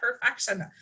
perfection